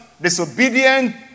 disobedient